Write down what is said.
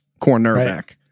Cornerback